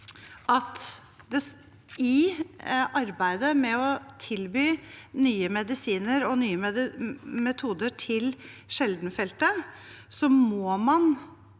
i arbeidet med å tilby nye medisiner og nye metoder til sjeldenfeltet må